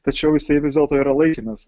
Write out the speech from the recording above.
tačiau jisai vis dėlto yra laikinas